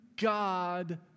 God